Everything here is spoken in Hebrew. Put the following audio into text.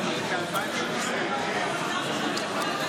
לתיקון פקודת הדיג (איסור דיג מכמורת),